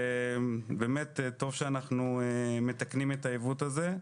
באמת טוב שאנחנו מתקנים את העיוות הזה.